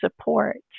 support